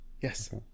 Yes